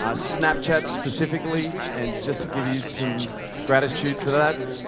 ah snapchat specifically and just to give you some gratitude for that,